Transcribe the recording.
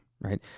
right